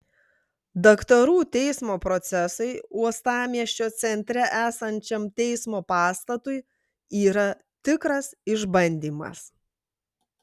daktarų teismo procesai uostamiesčio centre esančiam teismo pastatui yra tikras išbandymas